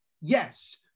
yes